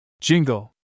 Jingle